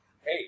hey